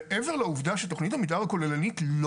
מעבר לעובדה שתכנית המתאר הכוללנית לא